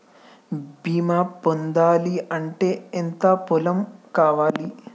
బీమా పొందాలి అంటే ఎంత పొలం కావాలి?